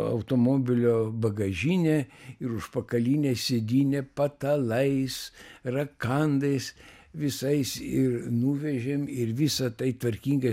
automobilio bagažinę ir užpakalinę sėdynę patalais rakandais visais ir nuvežėm ir visa tai tvarkingai